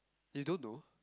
you don't know